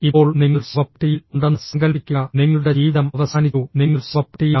ഇപ്പോൾ നിങ്ങൾ ശവപ്പെട്ടിയിൽ ഉണ്ടെന്ന് സങ്കൽപ്പിക്കുക നിങ്ങളുടെ ജീവിതം അവസാനിച്ചു നിങ്ങൾ ശവപ്പെട്ടിയിലാണ്